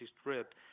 strip